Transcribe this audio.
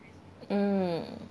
mm